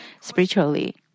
spiritually